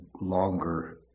Longer